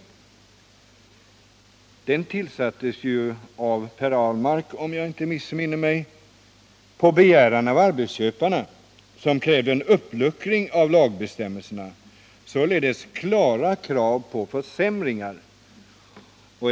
Den tillsattes av Per Ahlmark på begäran av arbetsköparna, som krävde en uppluckring av lagbestämmelserna — således klara krav på försämringar.